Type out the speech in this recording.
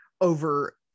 over